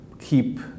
keep